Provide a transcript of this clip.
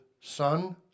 son